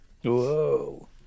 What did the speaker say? Whoa